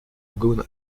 gunn